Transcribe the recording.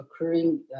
occurring